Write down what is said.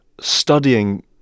studying